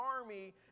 army